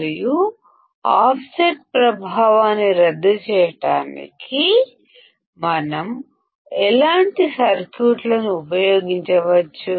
మరియు ఆఫ్సెట్ ప్రభావాన్ని రద్దు చేయడానికి మనం ఎలాంటి సర్క్యూట్లను ఉపయోగించవచ్చు